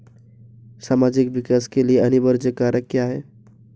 सामाजिक विकास के लिए अनिवार्य कारक क्या है?